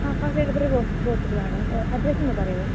ആ fast delivery possible ആണ് address ഒന്നു പറയുമോ